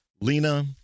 Lena